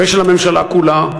ושל הממשלה כולה,